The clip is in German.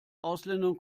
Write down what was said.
ausländern